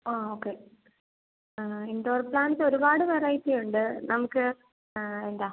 ആ ഓക്കേ ആ indoor plants ഒരുപാട് വെറൈറ്റീ ഉണ്ട് നമുക്ക് ആ എന്താ